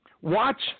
Watch